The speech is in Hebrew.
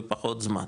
בפחות זמן,